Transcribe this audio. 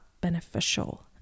beneficial